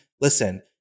listen